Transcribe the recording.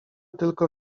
tylko